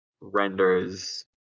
renders